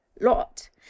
lot